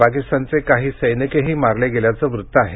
पाकिस्तानचे काही सैनिकही मारले गेल्याचं वृत्त आहे